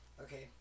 Okay